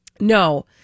No